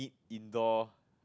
indoor